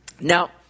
Now